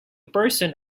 person